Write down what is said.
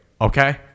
okay